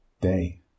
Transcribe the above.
day